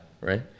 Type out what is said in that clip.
right